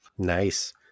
Nice